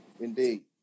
Indeed